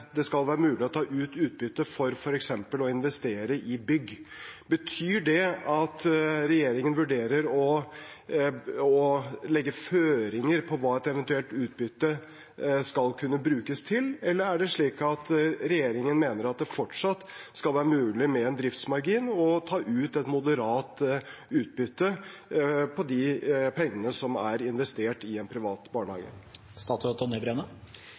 det skal være mulig å ta ut utbytte for f.eks. å investere i bygg. Betyr det at regjeringen vurderer å legge føringer for hva et eventuelt utbytte skal kunne brukes til, eller er det slik at regjeringen mener at det fortsatt skal være mulig med en driftsmargin å ta ut et moderat utbytte på de pengene som er investert i en privat barnehage?